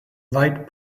light